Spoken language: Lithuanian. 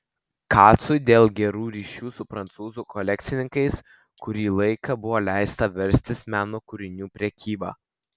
kacui dėl gerų ryšių su prancūzų kolekcininkais kurį laiką buvo leista verstis meno kūrinių prekyba